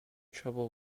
trouble